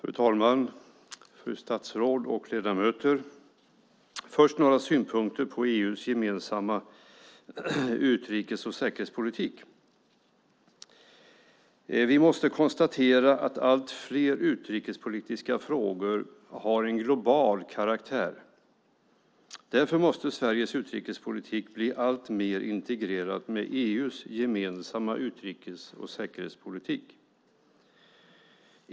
Fru talman! Fru statsråd och ledamöter! Jag har först några synpunkter på EU:s gemensamma utrikes och säkerhetspolitik. Vi måste konstatera att allt fler utrikespolitiska frågor har en global karaktär. Därför måste Sveriges utrikespolitik bli alltmer integrerad i EU:s gemensamma utrikes och säkerhetspolitik.